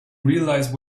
realize